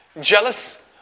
Jealous